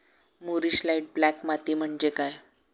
मूरिश light black माती म्हणजे काय?